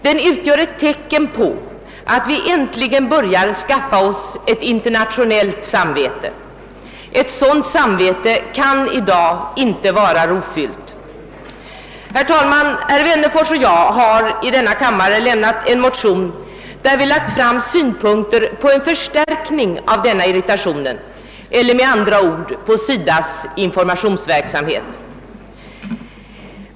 Den är ett tecken på att vi äntligen börjar skaffa oss ett internationellt samvete. Ett sådant samvete kan i dag inte vara rofyllt. Herr talman! Herr Wennerfors och jag har väckt en motion, II: 1124, likalydande med motionen 1: 864, vari vi lagt fram synpunkter på en förstärkning av denna irritation eller med andra ord på SIDA:s informationsverksamhet.